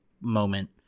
moment